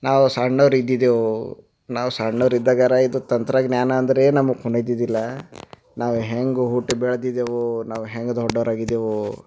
ನಾವು ಸಣ್ಣವರಿದ್ದಿದೆವು ನಾವು ಸಣ್ಣೋರಿದ್ದಾಗರ ಇದು ತಂತ್ರಜ್ಞಾನ ಅಂದರೆ ನಮಗೆ ಖೂನಿದ್ದಿದಿಲ್ಲ ನಾವು ಹೆಂಗೆ ಹುಟ್ಟಿ ಬೆಳೆದಿದೆವು ನಾವು ಹೆಂಗೆ ದೊಡ್ಡವರಾಗಿದೆವು